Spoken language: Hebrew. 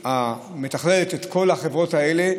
המתכללת את כל החברות האלה,